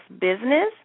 business